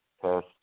test